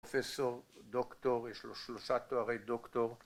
‫פרופסור, דוקטור, ‫יש לו שלושה תוארי דוקטור.